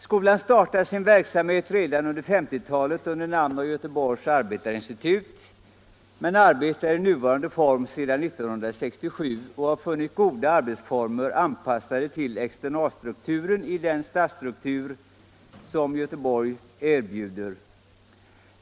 Skolan startade sin verksamhet redan på 1950-talet under namn av Göteborgs arbetarinstitut, men arbetar i nuvarande form sedan 1967, och har funnit goda arbetsformer anpassade till externatstrukturen i den stadsstruktur som Göteborg erbjuder.